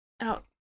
out